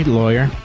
lawyer